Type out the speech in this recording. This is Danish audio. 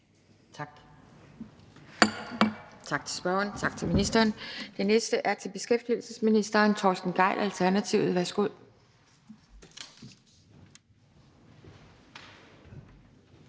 Tak til spørgeren, tak til ministeren. Det næste spørgsmål er til beskæftigelsesministeren af Torsten Gejl, Alternativet. Kl.